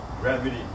Gravity